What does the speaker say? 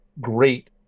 great